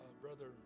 Brother